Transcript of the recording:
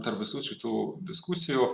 tarp visų šitų diskusijų